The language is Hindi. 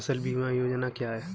फसल बीमा योजना क्या है?